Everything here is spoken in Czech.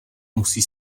musí